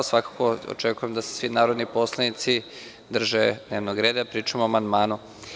Svakako očekujem da se svi narodni poslanici drže dnevnog reda, pričamo o amandmanu.